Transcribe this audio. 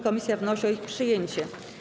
Komisja wnosi o ich przyjęcie.